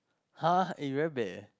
[huh] eh you very bad leh